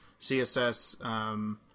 CSS